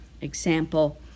example